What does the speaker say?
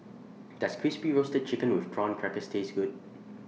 Does Crispy Roasted Chicken with Prawn Crackers Taste Good